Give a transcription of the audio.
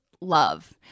love